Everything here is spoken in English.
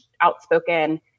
outspoken